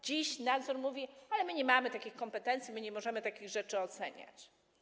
Dziś nadzór mówi: ale my nie mamy takich kompetencji, my nie możemy takich rzeczy oceniać.